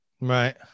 right